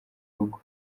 rugo